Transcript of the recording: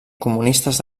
comunistes